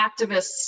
activists